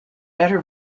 better